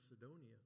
Macedonia